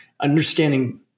understanding